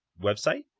website